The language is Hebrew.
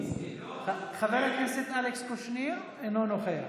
חבר הכנסת אלכס קושניר אינו נוכח.